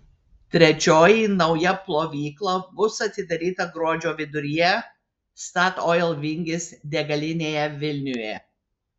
trečioji nauja plovykla bus atidaryta gruodžio viduryje statoil vingis degalinėje vilniuje